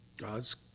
God's